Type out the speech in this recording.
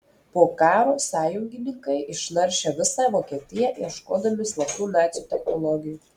po karo sąjungininkai išnaršė visą vokietiją ieškodami slaptų nacių technologijų